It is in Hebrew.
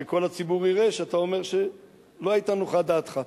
שכל הציבור יראה שאתה אומר שלא היתה נוחה דעתך.